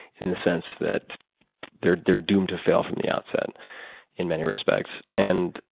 in the sense that they're they're doomed to fail from the outset in many respects. and,